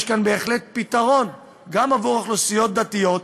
יש כאן בהחלט פתרון גם עבור אוכלוסיות דתיות.